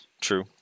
True